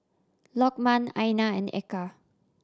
Lokman Aina and Eka